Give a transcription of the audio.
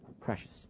Precious